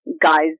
guys